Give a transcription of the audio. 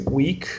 week